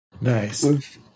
Nice